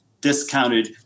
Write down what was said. discounted